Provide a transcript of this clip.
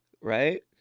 right